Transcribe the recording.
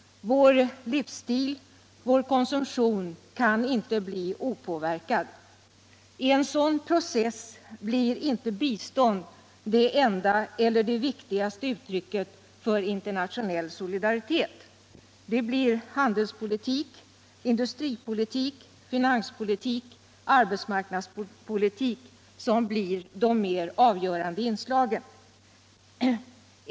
Vår livsstil, vår konsumtion kan inte bli opåverkad. I en sådan process blir inte bistånd det enda eller det viktigaste uttrycket för internationell solidaritet. Det blir handelspolitik, industripolitik, finanspolitik, arbetsmarknadspolitik som blir de mer avgörande inslagen.